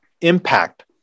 impact